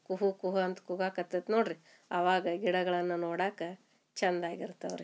ಕುಹೂ ಕುಹೂ ಅಂತ ಕೂಗಾಕಾತತ್ತು ನೋಡ್ರಿ ಆವಾಗ ಗಿಡಗಳನ್ನ ನೋಡಾಕ ಚಂದಾಗಿರ್ತವ್ರಿ